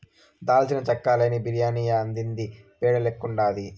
దాల్చిన చెక్క లేని బిర్యాని యాందిది పేడ లెక్కుండాది